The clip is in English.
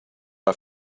are